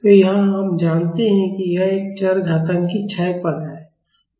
तो यहाँ हम जानते हैं कि यह एक चरघातांकी क्षय पद है